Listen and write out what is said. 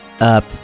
up